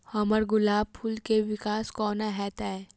हम्मर गुलाब फूल केँ विकास कोना हेतै?